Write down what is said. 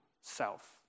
self